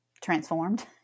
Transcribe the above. transformed